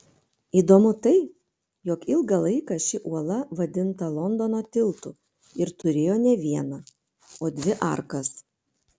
įdomu tai jog ilgą laiką ši uola vadinta londono tiltu ir turėjo ne vieną o dvi arkas